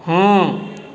हॅं